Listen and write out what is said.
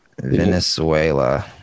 Venezuela